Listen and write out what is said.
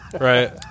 Right